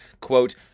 Quote